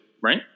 right